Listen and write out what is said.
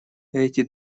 эти